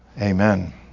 Amen